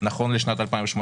נכון לשנת 18'